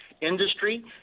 industry